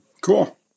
Cool